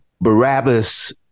Barabbas